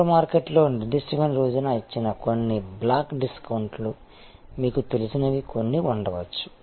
super మార్కెట్లో నిర్దిష్టమైన రోజున ఇచ్చిన కొన్ని బ్లాక్ డిస్కౌంట్లు మీకు తెలిసినవి కొన్ని ఉండవచ్చు